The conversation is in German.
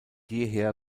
jeher